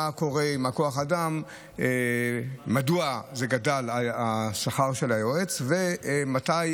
מה קורה עם כוח האדם, מדוע השכר של היועץ גדל ומתי